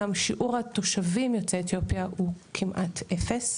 גם שיעור התושבים יוצאי אתיופיה הוא כמעט 0,